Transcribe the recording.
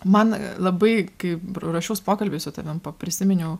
man labai kai ruošiaus pokalbiui su tavimi prisiminiau